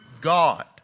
God